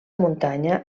muntanya